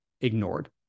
ignored